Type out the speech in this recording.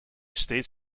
states